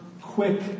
quick